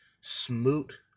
Smoot